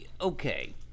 Okay